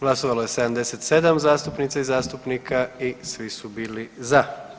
Glasovalo je 77 zastupnica i zastupnika i svi su bili za.